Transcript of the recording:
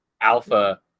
alpha